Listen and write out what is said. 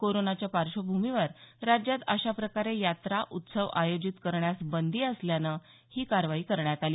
कोरोनाच्या पार्श्वभूमीवर राज्यात अशा प्रकारे यात्रा उत्सव आयोजित करण्यास बंदी असल्यानं ही कारवाई करण्यात आली